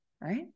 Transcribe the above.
right